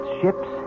ships